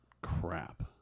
crap